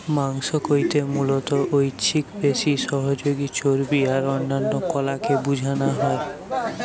মাংস কইতে মুলত ঐছিক পেশি, সহযোগী চর্বী আর অন্যান্য কলাকে বুঝানা হয়